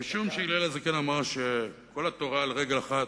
משום שהלל הזקן אמר שכל התורה על רגל אחת,